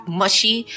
mushy